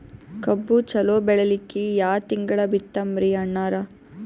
ಕಬ್ಬು ಚಲೋ ಬೆಳಿಲಿಕ್ಕಿ ಯಾ ತಿಂಗಳ ಬಿತ್ತಮ್ರೀ ಅಣ್ಣಾರ?